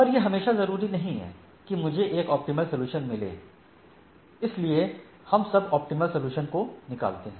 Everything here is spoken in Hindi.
पर यह हमेशा जरूरी नहीं है कि मुझे एक ऑप्टिमल सॉल्यूशन मिले इसलिए हम सब ऑप्टिमल सॉल्यूशन को निकालते हैं